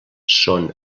són